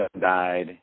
died